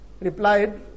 replied